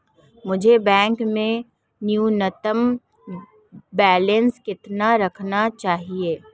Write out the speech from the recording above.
मुझे बैंक में न्यूनतम बैलेंस कितना रखना चाहिए?